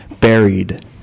buried